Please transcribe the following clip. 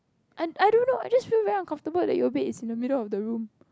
I I don't know I just feel very uncomfortable that your bed is in the middle of the room